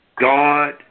God